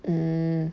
mm